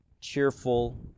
cheerful